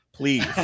please